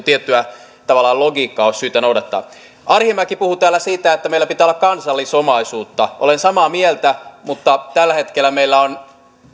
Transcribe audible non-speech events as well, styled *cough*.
*unintelligible* tiettyä logiikkaa olisi syytä noudattaa arhinmäki puhui täällä siitä että meillä pitää olla kansallisomaisuutta olen samaa mieltä mutta tällä hetkellä meillä on